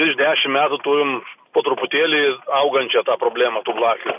prieš dešim metų turim po truputėlį augančią tą problemą tų blakių